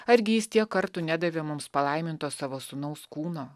argi jis tiek kartų nedavė mums palaiminto savo sūnaus kūno